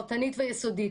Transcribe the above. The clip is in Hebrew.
פרטנית ויסודית.